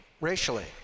racially